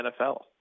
NFL